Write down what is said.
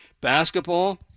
basketball